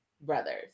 brothers